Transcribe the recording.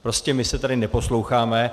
Prostě my se tady neposloucháme.